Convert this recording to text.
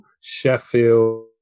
Sheffield